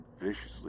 viciously